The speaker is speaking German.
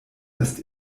ist